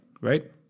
right